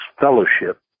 fellowship